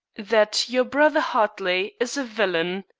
that your brother hartley is a villain,